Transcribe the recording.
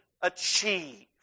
achieve